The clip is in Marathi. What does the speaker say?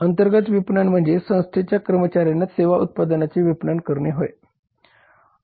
अंतर्गत विपणन म्हणजे संस्थेच्या कर्मचार्यांना सेवा उत्पादनाचे विपणन करणे होय